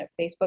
Facebook